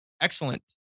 excellent